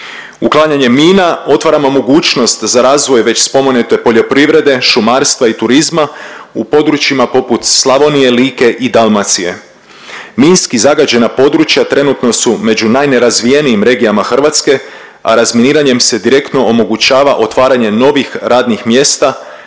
Uklanjanjem mina otvaramo mogućnost za razvoj već spomenute poljoprivrede, šumarstva i turizma u područjima poput Slavonije, Like i Dalmacije. Minski zagađena područja trenutno su među najnerazvijenijim regijama Hrvatske, a razminiranjem se direktno omogućava otvaranje novih radnih mjesta